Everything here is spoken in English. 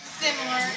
similar